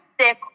sick